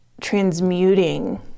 Transmuting